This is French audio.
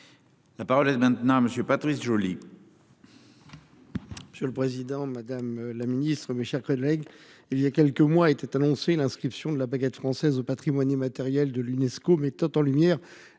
La parole est maintenant à monsieur Patrice Joly.